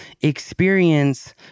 experience